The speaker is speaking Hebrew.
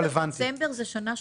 נובמבר-דצמבר זה שנה שוטפת.